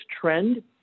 trend